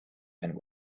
and